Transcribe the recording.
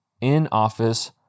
in-office